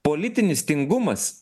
politinis tingumas